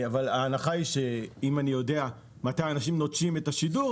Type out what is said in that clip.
ההנחה היא שאם אני יודע מתי אנשים נוטשים את השידור,